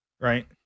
Right